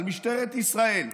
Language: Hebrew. על משטרת ישראל,